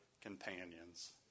companions